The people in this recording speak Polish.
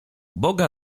boga